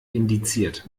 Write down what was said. indiziert